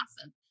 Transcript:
awesome